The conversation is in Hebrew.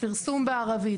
פרסום בערבית.